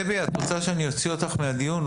דבי, את רוצה שאני אוציא אותך מהדיון?